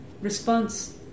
response